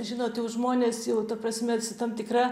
žinot jau žmonės jau ta prasme su tam tikra